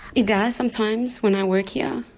it does sometimes when i work here,